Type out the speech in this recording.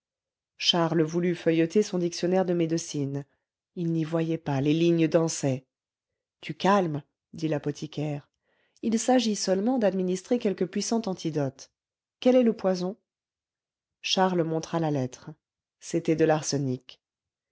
charles voulut feuilleter son dictionnaire de médecine il n'y voyait pas les lignes dansaient du calme dit l'apothicaire il s'agit seulement d'administrer quelque puissant antidote quel est le poison charles montra la lettre c'était de l'arsenic